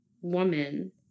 woman